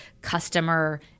customer